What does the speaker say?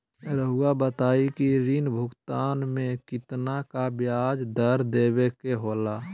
रहुआ बताइं कि ऋण भुगतान में कितना का ब्याज दर देवें के होला?